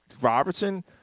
Robertson